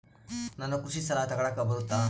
ನಾನು ಕೃಷಿ ಸಾಲ ತಗಳಕ ಬರುತ್ತಾ?